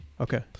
Okay